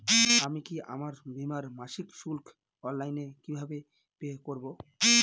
আমি কি আমার বীমার মাসিক শুল্ক অনলাইনে কিভাবে পে করব?